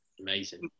Amazing